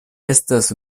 estas